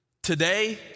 Today